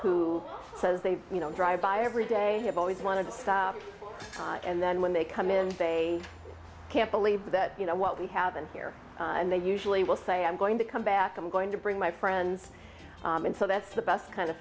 who says they drive by every day have always wanted to stop and then when they come in they i can't believe that you know what we have been here and they usually will say i'm going to come back i'm going to bring my friends in so that's the best kind of